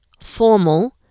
formal